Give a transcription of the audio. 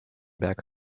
back